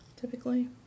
typically